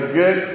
good